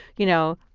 you know,